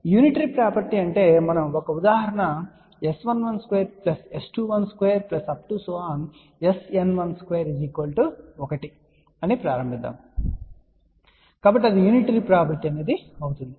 unitary property అంటే మనం ఒక ఉదాహరణతో S112 S212 SN12 1ప్రారంభిద్దాం కాబట్టి అది యూనిటరీ ప్రాపర్టీ అవుతుంది